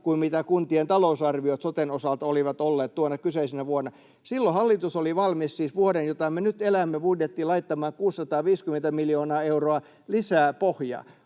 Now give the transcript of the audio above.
kuin mitä kuntien talousarviot soten osalta olivat olleet tuona kyseisenä vuonna. Silloin hallitus oli valmis — siis vuoden, jota me nyt elämme — budjettiin laittamaan 650 miljoonaa euroa lisää pohjaa.